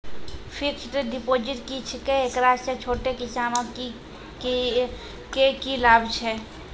Fixed deposit की छिकै, एकरा से छोटो किसानों के की लाभ छै?